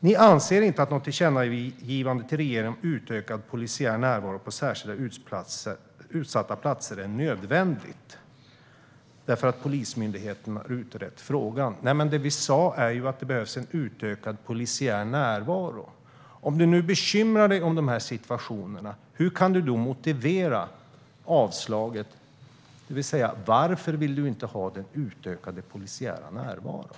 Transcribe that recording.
Ni anser inte att ett tillkännagivande till regeringen om utökad polisiär närvaro på särskilt utsatta platser är nödvändigt eftersom Polismyndigheten har utrett frågan. Det vi säger är att det behövs en utökad polisiär närvaro. Om du bekymrar dig om dessa situationer, Annika Hirvonen Falk, hur kan du då motivera avslaget? Varför vill du inte ha den utökade polisiära närvaron?